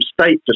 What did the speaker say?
state